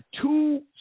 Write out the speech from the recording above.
two